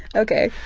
ok.